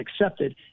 accepted